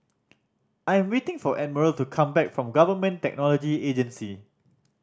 I am waiting for Admiral to come back from Government Technology Agency